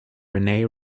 rene